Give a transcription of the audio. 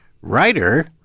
writer